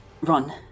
run